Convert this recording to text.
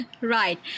Right